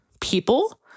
people